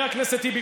חבר הכנסת טיבי,